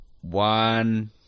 One